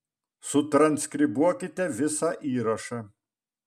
sutranskribuokite visą įrašą